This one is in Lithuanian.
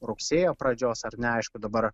rugsėjo pradžios ar ne aišku dabar